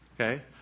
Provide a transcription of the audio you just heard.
Okay